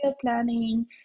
planning